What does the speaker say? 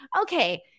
Okay